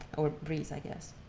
or breeze i guess.